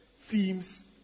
themes